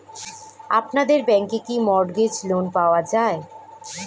আপনাদের ব্যাংকে কি মর্টগেজ লোন পাওয়া যায়?